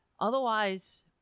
Otherwise